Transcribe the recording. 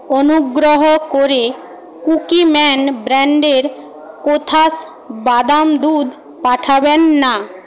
অনুগ্রহ করে Cookie Man ব্র্যাণ্ডের কোথাস বাদাম দুধ পাঠাবেন না